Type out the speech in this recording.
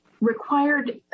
required